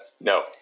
no